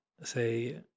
say